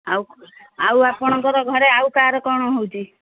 ଆଉ ଆଉ ଆପଣଙ୍କର ଘରେ ଆଉ କାହାର କ'ଣ ହେଉଛି